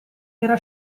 era